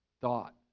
thought